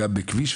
גם בכביש,